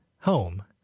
home